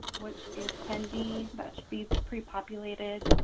which is ten d, that should be pre-populated